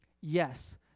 Yes